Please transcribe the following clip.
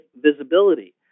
visibility